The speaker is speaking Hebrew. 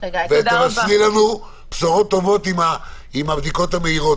ותבשרי לנו בשורות טובות עם הבדיקות המהירות